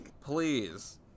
please